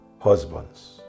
husbands